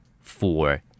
Four